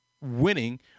winning